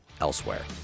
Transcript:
elsewhere